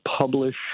publish